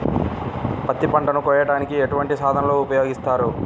పత్తి పంటను కోయటానికి ఎటువంటి సాధనలు ఉపయోగిస్తారు?